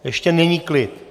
Ještě není klid...